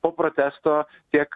po protesto tiek